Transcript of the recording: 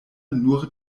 nur